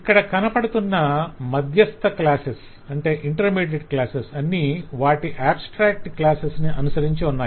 ఇక్కుడ కనపడుతున్న మధ్యస్థ క్లాసెస్ అన్నీ వాటి ఆబ్స్ట్రాక్ట్ క్లాసెస్ని అనుసరించి ఉన్నాయి